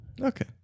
Okay